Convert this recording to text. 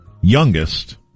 youngest